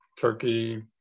turkey